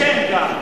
יש שם גם.